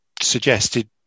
suggested